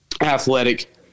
Athletic